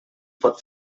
pot